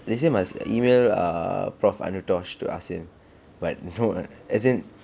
they say must email err prof anutosh to ask him but as I don't know ah as in